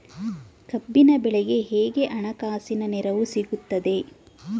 ಕಬ್ಬಿನ ಬೆಳೆಗೆ ಹೇಗೆ ಹಣಕಾಸಿನ ನೆರವು ಸಿಗುತ್ತದೆ?